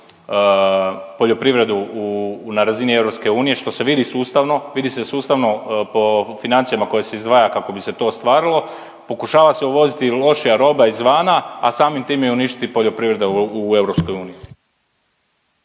poljoprivredu u na razini EU što se vidi sustavno, vidi se sustavno po financijama koje se izdvaja kako bi se to ostvarilo, pokušava se uvoziti lošija roba izvana, a samim time i uništiti poljoprivrede u EU.